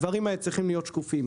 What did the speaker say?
הדברים האלה צריכים להיות שקופים.